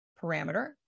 parameter